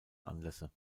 anlässe